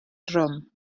drwm